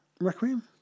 Requiem